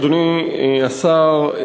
אדוני השר,